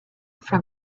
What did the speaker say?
from